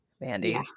Mandy